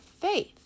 faith